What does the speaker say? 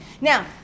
Now